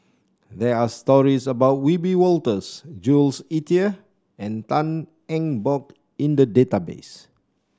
there are stories about Wiebe Wolters Jules Itier and Tan Eng Bock in the database